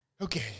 Okay